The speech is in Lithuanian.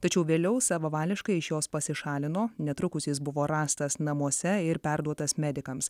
tačiau vėliau savavališkai iš jos pasišalino netrukus jis buvo rastas namuose ir perduotas medikams